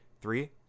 Three